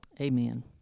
amen